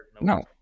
no